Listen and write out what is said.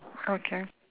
okay